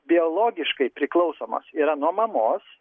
biologiškai priklausomas yra nuo mamos